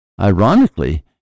Ironically